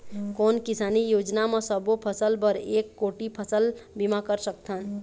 कोन किसानी योजना म सबों फ़सल बर एक कोठी फ़सल बीमा कर सकथन?